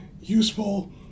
useful